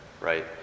right